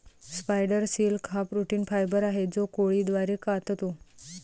spider silk हा protein fibre आहे जो कोळी द्वारे काततो